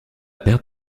perte